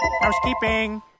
Housekeeping